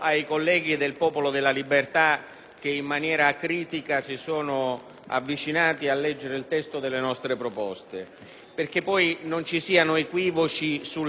che in modo acritico si sono avvicinati alla lettura delle nostre proposte, perché poi non ci siano equivoci sulle questioni.